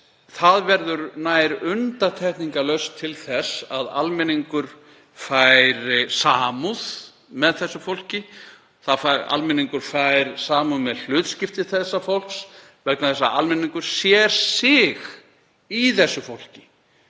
það verður nær undantekningarlaust til þess að almenningur fær samúð með því. Almenningur fær samúð með hlutskipti þess vegna þess að almenningur sér sig í þessu fólki,